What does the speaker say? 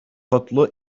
котлы